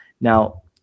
now